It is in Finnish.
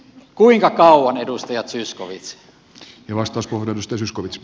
kuinka kauan edustaja zyskowicz